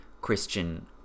Christian